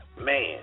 man